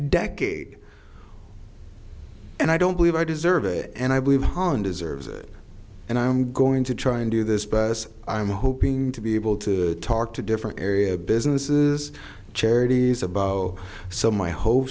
decade and i don't believe i deserve it and i believe han deserves it and i'm going to try and do this but i'm hoping to be able to talk to different area businesses charities about how so my